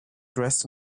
dressed